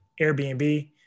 airbnb